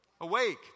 Awake